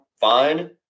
fine